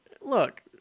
look